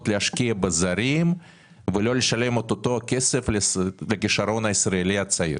להשקיע בזרים ולא לשלם את אותו כסף לכשרון הישראלי הצעיר?